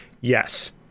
Yes